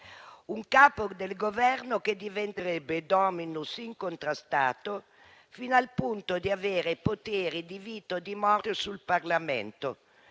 Un Capo del Governo che diventerebbe *dominus* incontrastato fino al punto di avere potere di vita o di morte sul Parlamento,